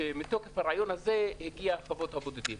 שמתוקף הרעיון הזה הגיעו חוות הבודדים.